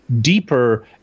deeper